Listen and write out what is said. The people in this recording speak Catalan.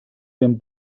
ben